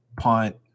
punt